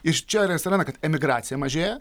iš čia ir atsiranda kad emigracija mažėja